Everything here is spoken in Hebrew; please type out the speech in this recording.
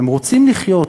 והם רוצים לחיות.